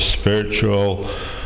spiritual